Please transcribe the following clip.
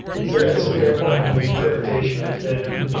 it's a. it's a fairpoint. i mean the interpretation has been